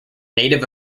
native